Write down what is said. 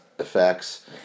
Effects